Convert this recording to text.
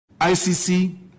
ICC